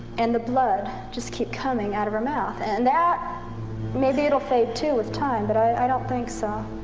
and the blood just kept coming out of her mouth. and that maybe it'll fade too with time but i don't think so.